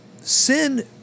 sin